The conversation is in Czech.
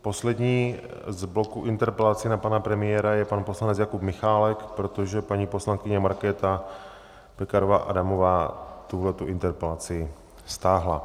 Poslední z bloku interpelací na pana premiéra je pan poslanec Jakub Michálek, protože paní poslankyně Markéta Pekarová Adamová tuhletu interpelaci stáhla.